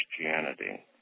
Christianity